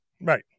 Right